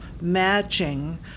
matching